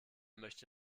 möchte